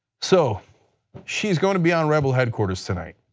so she's going to be on rebel headquarters tonight.